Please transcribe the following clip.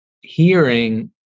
hearing